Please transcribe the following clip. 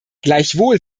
gleichwohl